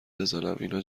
بزنماینا